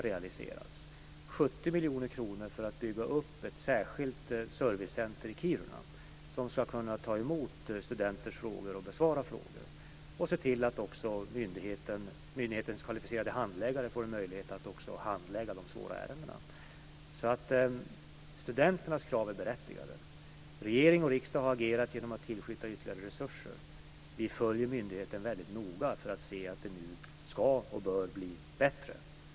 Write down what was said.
Det gäller 70 miljoner kronor för att bygga upp ett särskilt servicecenter i Kiruna, som ska kunna ta emot och besvara studenters frågor och även se till att myndighetens kvalificerade handläggare får en möjlighet att hantera de svåra ärendena. Studenternas krav är berättigade. Regering och riksdag har agerat genom att skjuta till ytterligare resurser. Vi följer myndigheten väldigt noga för att se att det nu ska och bör bli bättre.